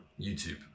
YouTube